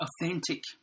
authentic